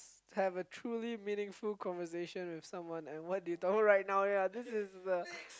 have a truly meaningful conversation with someone and why oh right now ya this is the